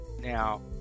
Now